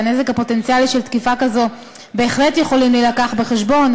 והנזק הפוטנציאלי של תקיפה כזו בהחלט יכול להיות מובא בחשבון